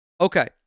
Okay